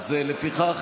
לפיכך,